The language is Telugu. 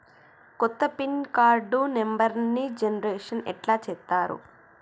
కొత్త పిన్ కార్డు నెంబర్ని జనరేషన్ ఎట్లా చేత్తరు?